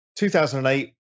2008